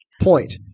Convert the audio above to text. point